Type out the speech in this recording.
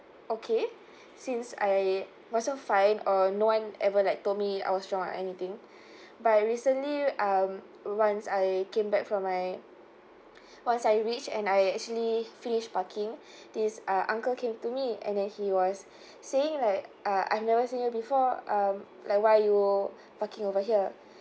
okay since I wasn't fined or no one ever like told me I was wrong or anything but recently um once I came back from my once I reach and I actually finish parking this uh uncle came to me and then he was saying like uh I've never seen you before um like why you parking over here